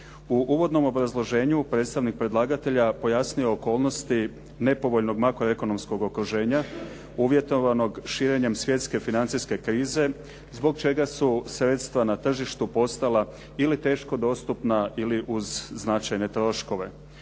U uvodnom obrazloženju predstavnik predlagatelja pojasnio je povoljnosti nepovoljnog makroekonomskog okruženja uvjetovanog širenjem svjetske financijske krize zbog čega su sredstva na tržištu postala ili teško dostupna ili uz značajne troškove.